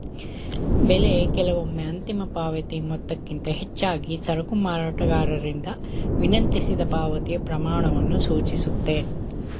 ಬೆಲೆ ಕೆಲವೊಮ್ಮೆ ಅಂತಿಮ ಪಾವತಿ ಮೊತ್ತಕ್ಕಿಂತ ಹೆಚ್ಚಾಗಿ ಸರಕು ಮಾರಾಟಗಾರರಿಂದ ವಿನಂತಿಸಿದ ಪಾವತಿಯ ಪ್ರಮಾಣವನ್ನು ಸೂಚಿಸುತ್ತೆ